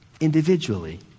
individually